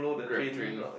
grab drink